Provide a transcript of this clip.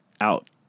out